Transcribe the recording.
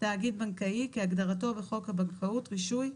"תאגיד בנקאי" כהגדרתו בחוק הבנקאות (רישוי),